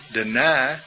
deny